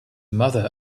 mother